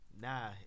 Nah